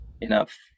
enough